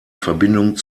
verbindung